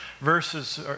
verses